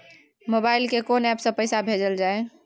Mobile के कोन app से पैसा भेजल जाए?